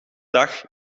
dag